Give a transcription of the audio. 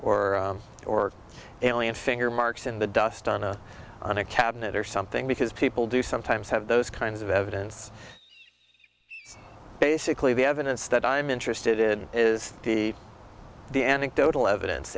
or or alien finger marks in the dust on a on a cabinet or something because people do sometimes have those kinds of evidence basically the evidence that i'm interested is the the anecdotal evidence